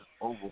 over